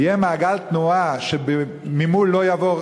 יהיה מעגל תנועה שממול לא יעבור,